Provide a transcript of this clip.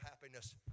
happiness